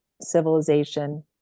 civilization